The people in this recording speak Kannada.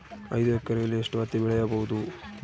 ಐದು ಎಕರೆಯಲ್ಲಿ ಎಷ್ಟು ಹತ್ತಿ ಬೆಳೆಯಬಹುದು?